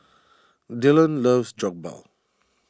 Dylon loves Jokbal